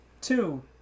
two